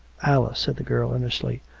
alice, said the girl earnestly,